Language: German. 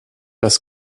das